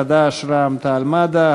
חד"ש ורע"ם-תע"ל-מד"ע.